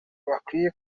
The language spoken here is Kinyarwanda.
bakwiye